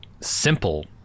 simple